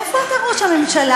איפה אתה, ראש הממשלה?